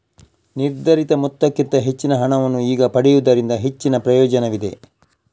ನಿರ್ಧರಿತ ಮೊತ್ತಕ್ಕಿಂತ ಹೆಚ್ಚಿನ ಹಣವನ್ನು ಈಗ ಪಡೆಯುವುದರಿಂದ ಹೆಚ್ಚಿನ ಪ್ರಯೋಜನವಿದೆ